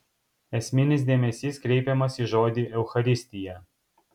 esminis dėmesys kreipiamas į žodį eucharistija